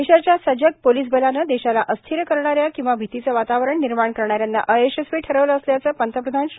देशाच्या सजग पोलिस बलानं देशाला अस्थिर करणाऱ्या किंवा भीतीचं वातावरण निर्माण करणाऱ्यांना अयशस्वी ठरवलं असल्याचं पंतप्रधान श्री